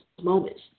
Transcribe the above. moments